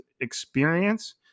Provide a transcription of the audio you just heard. experience